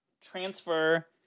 transfer